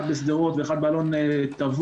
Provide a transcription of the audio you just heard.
אחד בשדרות ואחד באלון תבור,